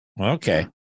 Okay